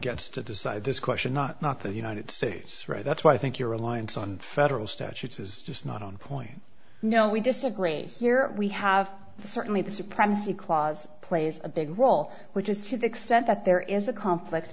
gets to decide this question not not the united states right that's why i think your reliance on federal statutes is just not on point no we disagree here we have the certainly the supremacy clause plays a big role which is to the extent that there is a co